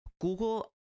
Google